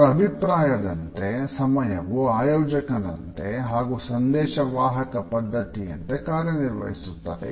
ಅವರ ಅಭಿಪ್ರಾಯದಂತೆ ಸಮಯವು ಆಯೋಜಕನಂತೆ ಹಾಗೂ ಸಂದೇಶವಾಹಕ ಪದ್ಧತಿಯಂತೆ ಕಾರ್ಯನಿರ್ವಹಿಸುತ್ತದೆ